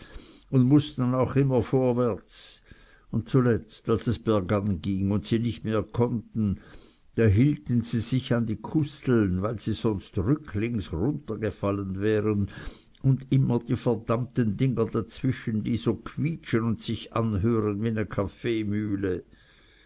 un mußten auch immer vorwärts un zuletzt als es bergan ging un sie nich mehr konnten da hielten sie sich an die kusseln weil sie sonst rücklings runtergefallen wären un immer die verdammten dinger dazwischen die so quietschen un sich anhören wie ne kaffeemühle